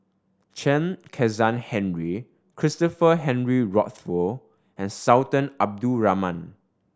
Chen Kezhan Henri Christopher Henry Rothwell and Sultan Abdul Rahman